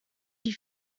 die